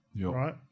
right